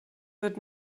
wird